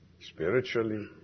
spiritually